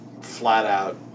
flat-out